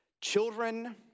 Children